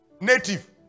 native